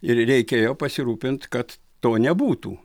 ir reikėjo pasirūpint kad to nebūtų